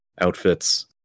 outfits